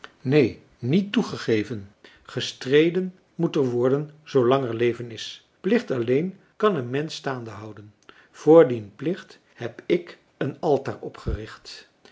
neen niet toegegeven gestreden moet er worden zoolang er leven is plicht alleen kan een mensch staande houden voor dien plicht heb ik een altaar opgericht